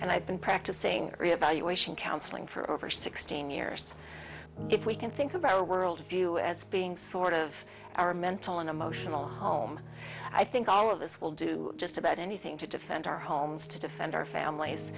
and i've been practicing reevaluation counseling for over sixteen years if we can think of our worldview as being sort of our mental and emotional home i think all of us will do just about anything to defend our homes to defend our families